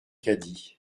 cady